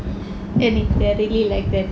and if they are really like that